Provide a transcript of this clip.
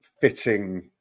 fitting